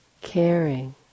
caring